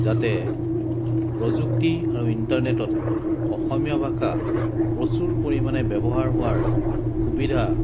যাতে প্ৰযুক্তি আৰু ইণ্টাৰনেটত অসমীয়া ভাষা প্ৰচুৰ পৰিমাণে ব্যৱহাৰ হোৱাৰ সুবিধা